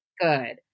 good